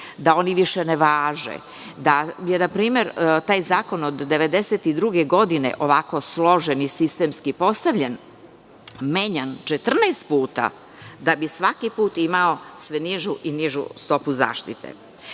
da oni više ne važe, da je npr. taj zakon od 1992. godine ovako složen i sistemski postavljen menjan 14 puta da bi svaki put imao sve nižu i nižu stopu zaštite. Založila